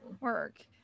work